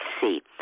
see